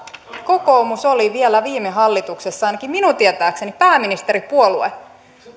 kokoomus oli vielä viime hallituksessa ainakin minun tietääkseni pääministeripuolue ja